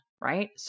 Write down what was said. right